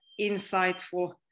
insightful